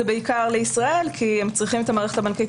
זה בעיקר לישראל כי הם צריכים את המערכת הבנקאית